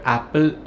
Apple